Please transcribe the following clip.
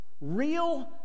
real